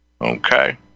Okay